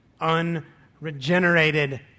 Unregenerated